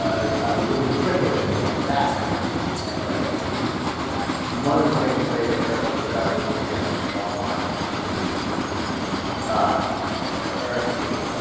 ah they're trying to lure trick him into coming back and ah. he money things they apparently have done is suggesting online that he is dead ah and ah. eric being ah.